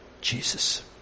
Jesus